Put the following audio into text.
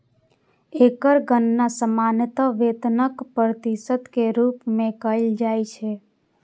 एकर गणना सामान्यतः वेतनक प्रतिशत के रूप मे कैल जाइ छै